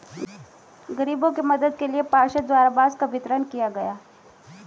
गरीबों के मदद के लिए पार्षद द्वारा बांस का वितरण किया गया